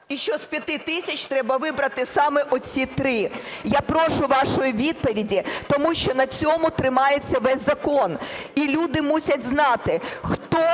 і що з 5 тисяч треба вибрати саме оці три? Я прошу вашої відповіді, тому що на цьому тримається весь закон. І люди мусять знати, хто